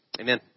amen